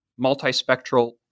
multispectral